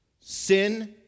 Sin